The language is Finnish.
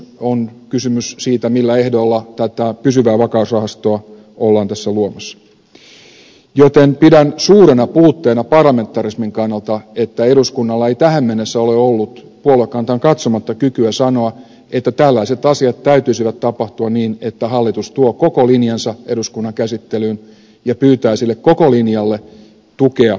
on kysymys siitä millä ehdoilla tätä pysyvää vakausrahastoa ollaan tässä luomassa joten pidän suurena puutteena parlamentarismin kannalta että eduskunnalla ei tähän mennessä ole ollut puoluekantaan katsomatta kykyä sanoa että tällaisten asioiden täytyisi tapahtua niin että hallitus tuo koko linjansa eduskunnan käsittelyyn ja pyytää sille koko linjalle tukea eduskunnalta